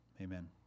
Amen